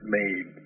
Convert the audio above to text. made